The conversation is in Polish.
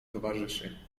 towarzyszy